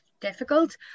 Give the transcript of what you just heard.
difficult